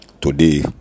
Today